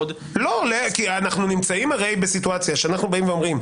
כי אנחנו נמצאים הרי בסיטואציה שאנחנו באים ואומרים: